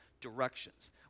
directions